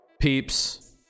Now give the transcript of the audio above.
peeps